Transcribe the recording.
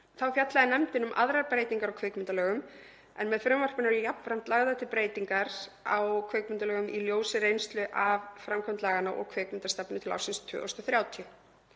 Þá fjallaði nefndin um aðrar breytingar á kvikmyndalögum en með frumvarpinu eru jafnframt lagðar til breytingar á kvikmyndalögum í ljósi reynslu af framkvæmd laganna og kvikmyndastefnu til ársins 2030.